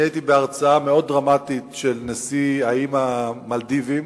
הייתי בהרצאה מאוד דרמטית של נשיא האיים המלדיביים,